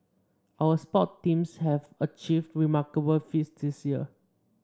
our sports teams have achieved remarkable feats this year